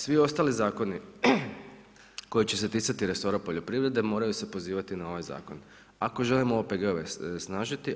Svi ostali zakoni koji će se ticati resora poljoprivrede moraju se pozivati na ovaj zakon ako želimo OPG-ove osnažiti.